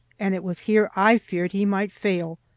and it was here i feared he might fail,